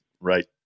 right